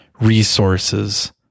resources